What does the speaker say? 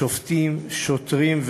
שופטים ושוטרים.